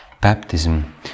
baptism